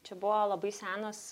čia buvo labai senas